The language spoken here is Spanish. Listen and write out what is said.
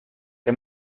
que